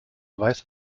weiß